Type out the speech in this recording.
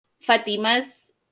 Fatima's